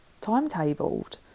timetabled